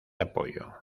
apoyo